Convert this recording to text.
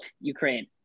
Ukraine